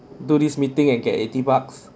do this meeting and get eighty bucks